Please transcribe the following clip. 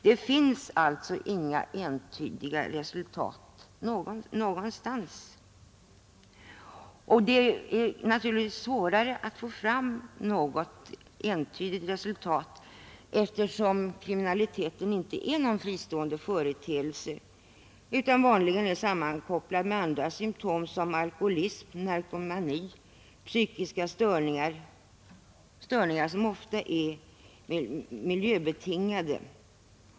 Det finns alltså inga entydiga resultat någonstans, och det är naturligtvis svårare att få fram något entydigt resultat, eftersom kriminaliteten inte är någon fristående företeelse utan vanligen är sammankopplad med andra symtom såsom alkoholism, narkomani och psykiska störningar, som ofta är miljöbetingade.